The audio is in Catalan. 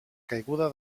caiguda